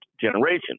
generation